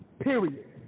Period